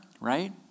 right